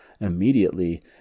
immediately